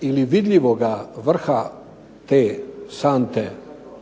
ili vidljivoga vrha te sante političke